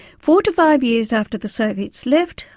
four to five years after the soviets left,